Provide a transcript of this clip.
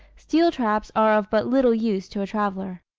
steel traps are of but little use to a traveller.